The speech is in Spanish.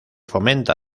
fomenta